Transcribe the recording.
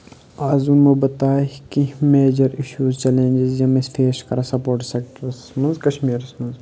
آز وَنمو بہٕ تۄہہِ کینٛہہ میجَر اِشوٗز چَلینجِز یِم أسۍ فیس چھِ کَران سَپوٹٕس سٮ۪کٹَرَس منٛز کَشمیٖرَس منٛز